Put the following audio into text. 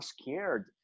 scared